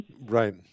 Right